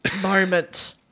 moment